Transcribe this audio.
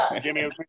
jimmy